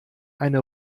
eine